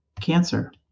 cancer